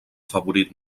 favorit